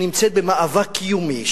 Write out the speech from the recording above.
שנמצאת במאבק קיומי,